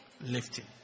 lifting